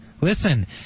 listen